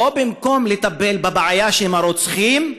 או במקום לטפל בבעיה שהם הרוצחים,